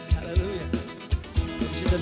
Hallelujah